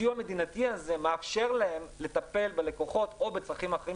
הסיוע המדינתי הזה מאפשר להם לטפל בלקוחות או בצרכים אחרים